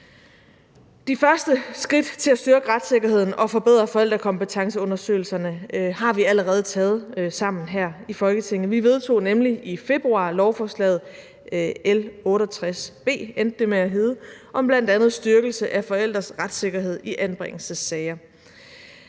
De første skridt til at styrke retssikkerheden og forbedre forældrekompetenceundersøgelserne har vi allerede taget sammen her i Folketinget. Vi vedtog nemlig i februar lovforslaget L 68 B, som det endte med at hedde, om bl.a. styrkelse af forældres retssikkerhed i anbringelsessager.